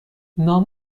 نام